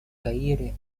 каире